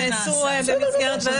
--- אז